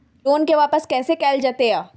Loan के वापस कैसे कैल जतय?